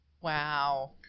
Wow